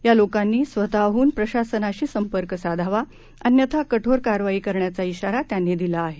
या लोकांनी स्वतःडून प्रशासनाशी संपर्क साधावा अन्यथा कठोर कारवाई करण्याचा श्रीारा त्यांनी दिला आहे